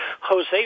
Jose